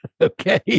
Okay